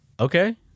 okay